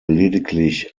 lediglich